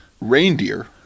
reindeer